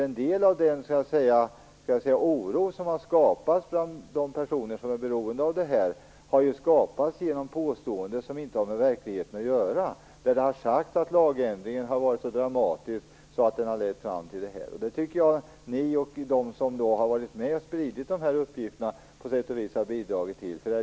En del av den oro som har skapats bland de personer som är beroende av det här har ju skapats genom påståenden som inte har med verkligheten att göra. Det har sagts att lagändringen har varit så dramatisk att den har haft dessa effekter. Jag tycker att ni här och andra som har varit med om att sprida dessa uppgifter på sätt och vis har bidragit till detta.